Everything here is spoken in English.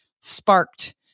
sparked